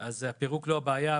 הפירוק הוא לא הבעיה,